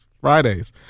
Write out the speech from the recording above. Fridays